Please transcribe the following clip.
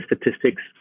statistics